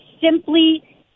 simply